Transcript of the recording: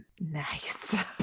nice